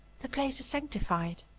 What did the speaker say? the place is sanctified,